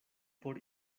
por